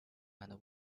and